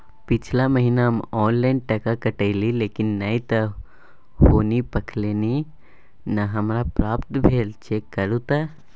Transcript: पिछला महीना हम ऑनलाइन टका कटैलिये लेकिन नय त हुनी पैलखिन न हमरा प्राप्त भेल, चेक करू त?